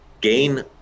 gain